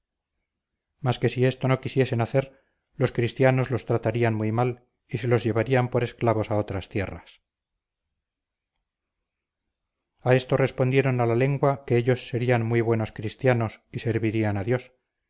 mas que si esto no quisiesen hacer los cristianos los tratarían muy mal y se los llevarían por esclavos a otras tierras a esto respondieron a la lengua que ellos serían muy buenos cristianos y servirían a dios